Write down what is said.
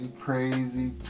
crazy